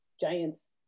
giants